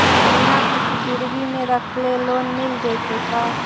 बिना कुछ गिरवी मे रखले लोन मिल जैतै का?